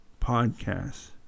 podcasts